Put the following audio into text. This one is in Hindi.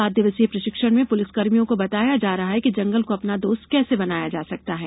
सात दिवसीय प्रषिक्षण में प्रलिसकर्मियों को बताया जा रहा है कि जंगल को अपना दोस्त कैसे बनाया जा सकता है